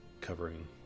covering